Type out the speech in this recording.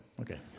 Okay